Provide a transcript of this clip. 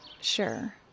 Sure